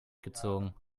gezogen